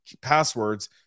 passwords